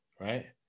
right